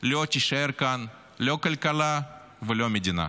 לא תישאר כאן, לא כלכלה ולא מדינה.